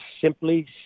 simply